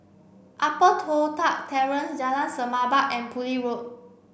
Upper Toh Tuck Terrace Jalan Semerbak and Poole Road